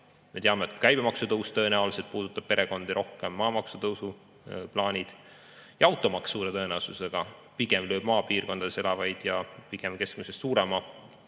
Me teame, et käibemaksu tõus tõenäoliselt puudutab perekondi rohkem, maamaksu tõusu plaanid ja automaks suure tõenäosusega pigem lööb maapiirkondades elavaid ja pigem keskmisest suurema